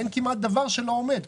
אין כמעט דבר שלא עומד בהן,